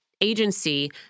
agency